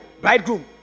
bridegroom